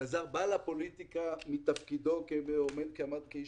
אלעזר שטרן בא לפוליטיקה מתפקידו כאיש